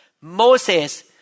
Moses